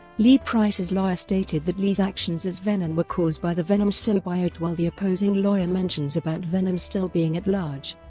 lee price's lawyer stated that lee's actions as venom were caused by the venom symbiote while the opposing lawyer mentions about venom still being at large.